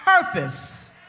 purpose